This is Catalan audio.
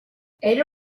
era